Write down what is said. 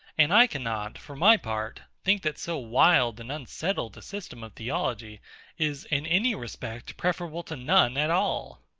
and i cannot, for my part, think that so wild and unsettled a system of theology is, in any respect, preferable to none at all.